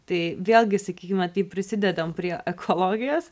tai vėlgi sakykime taip prisidedam prie ekologijos